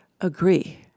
agree